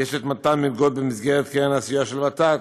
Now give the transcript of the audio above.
יש מתן מלגות במסגרת קרן הסיוע של ות"ת,